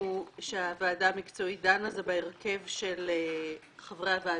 שהוועדה המקצועית דנה זה בהרכב של חברי הוועדה,